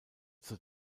zur